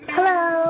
Hello